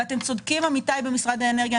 צודקים עמיתיי במשרד האנרגיה,